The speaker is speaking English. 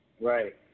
Right